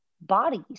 bodies